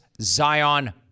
Zion